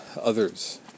others